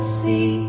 see